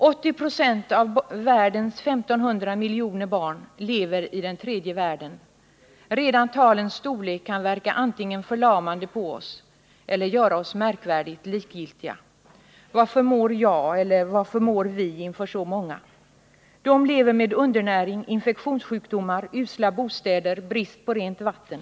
80 96 av världens I 500 miljoner barn lever i den tredje världen — redan talens storlek kan verka antingen förlamande på oss eller göra oss märkvärdigt likgiltiga: Vad förmår jag, eller vad förmår vi, inför så många? — De lever med undernäring, infektionssjukdomar, usla bostäder, brist på rent vatten.